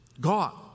God